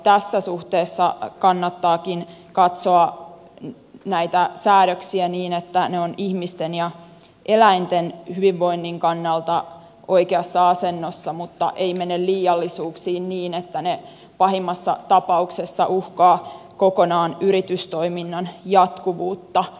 tässä suhteessa kannattaakin katsoa näitä säädöksiä niin että ne ovat ihmisten ja eläinten hyvinvoinnin kannalta oikeassa asennossa mutta ei mene liiallisuuksiin niin että ne pahimmassa tapauksessa uhkaavat kokonaan yritystoiminnan jatkuvuutta